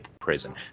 prison